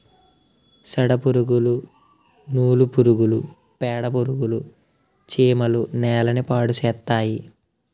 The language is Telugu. సెదపురుగులు నూలు పురుగులు పేడపురుగులు చీమలు నేలని పాడుచేస్తాయి